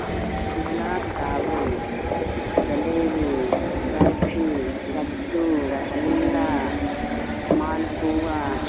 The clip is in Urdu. گلاب جامن جلیبی برفی لڈو رس گلہ مالپوا